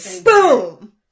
Boom